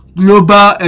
global